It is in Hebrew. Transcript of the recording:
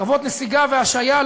קרבות נסיגה והשהיה,